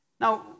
Now